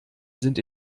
sind